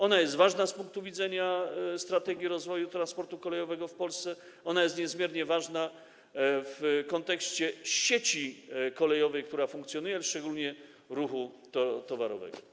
Ona jest ważna z punktu widzenia strategii rozwoju transportu kolejowego w Polsce, ona jest niezmiernie ważna w kontekście sieci kolejowej, która funkcjonuje, ale szczególnie ruchu towarowego.